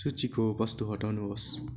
सूचीको वस्तु हटाउनुहोस्